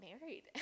married